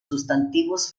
sustantivos